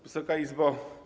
Wysoka Izbo!